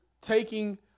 taking